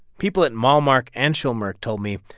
people at malmark and schulmerich told me,